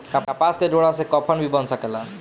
कपास के डोरा से कफन भी बन सकेला